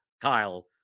Kyle